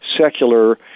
secular